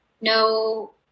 No